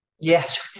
Yes